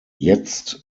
jetzt